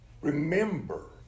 Remember